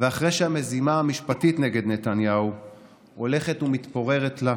ואחרי שהמזימה המשפטית כנגדו הולכת ומתפוררת לה,